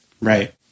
right